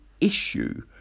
issue